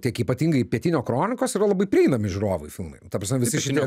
tiek ypatingai pietinio kronikos yra labai prieinami žiūrovui filmai nu ta prasme visi šitie